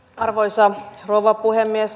arvoisa rouva puhemies